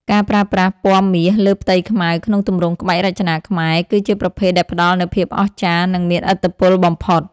ការប្រើប្រាស់ ពណ៌មាសលើផ្ទៃខ្មៅ ក្នុងទម្រង់ក្បាច់រចនាខ្មែរ គឺជាប្រភេទដែលផ្ដល់នូវភាពអស្ចារ្យ និងមានឥទ្ធិពលបំផុត។